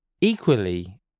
equally